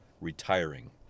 retiring